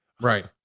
Right